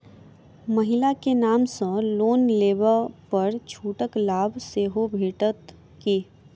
महिला केँ नाम सँ लोन लेबऽ पर छुटक लाभ सेहो भेटत की?